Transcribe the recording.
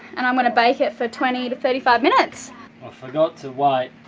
and i'm gonna bake it for twenty to thirty five minutes. i forgot to wait.